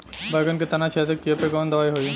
बैगन के तना छेदक कियेपे कवन दवाई होई?